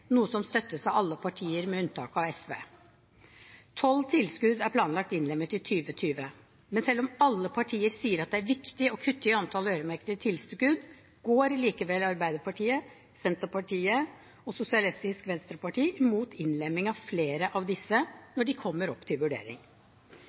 noe som støttes av alle partier med unntak av SV. Tolv tilskudd er planlagt innlemmet i 2020. Men selv om alle partier sier at det er viktig å kutte i antall øremerkede tilskudd, går likevel Arbeiderpartiet, Senterpartiet og Sosialistisk Venstreparti imot innlemming av flere av disse